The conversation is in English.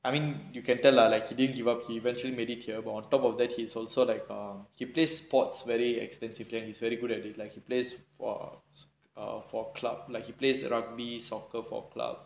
I mean you can tell lah like he didn't give up he eventually made it here on top of that he is also like um he play sports very extensively and he's very good at it like he plays for err for clubs like he plays rugby soccer for club